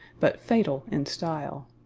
but fatal in style.